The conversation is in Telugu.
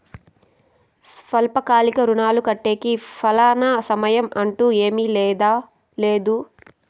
స్వల్పకాలిక రుణాలు కట్టేకి ఫలానా సమయం అంటూ ఏమీ లేదు